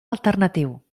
alternatiu